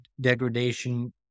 degradation